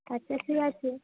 আচ্ছা ঠিক আছে